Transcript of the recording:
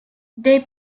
they